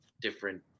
different